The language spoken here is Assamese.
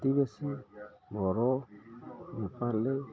অতি বেছি বড়ো নেপালী